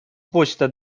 почта